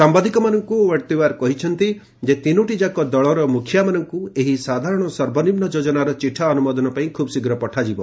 ସାମ୍ଘାଦିକମାନଙ୍କୁ ଶ୍ରୀ ଓ୍ୱାଡେତିୱାର କହିଛନ୍ତି ଯେ ତିନୋଟି ଯାକ ଦଳର ମୁଖିଆମାନଙ୍କୁ ଏହି ସାଧାରଣ ସର୍ବନିମ୍ବ ଯୋଜନାର ଚିଠା ଅନୁମୋଦନ ପାଇଁ ଖୁବ୍ ଶୀଘ୍ର ପଠାଯିବ